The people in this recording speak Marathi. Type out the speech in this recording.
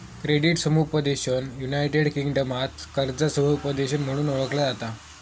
क्रेडिट समुपदेशन युनायटेड किंगडमात कर्जा समुपदेशन म्हणून ओळखला जाता